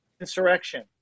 Insurrection